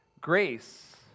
grace